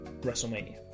WrestleMania